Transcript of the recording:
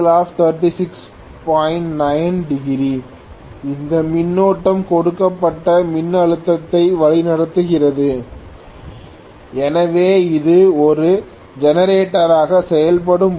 9° இந்த மின்னோட்டம் கொடுக்கப்பட்ட மின்னழுத்தத்தை வழிநடத்துகிறது எனவே இது ஒரு ஜெனரேட்டராக செயல்படும்போது